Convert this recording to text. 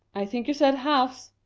i think you said halves!